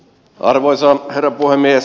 arvoisa herra puhemies